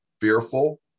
fearful